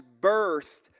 birthed